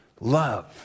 Love